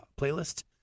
playlist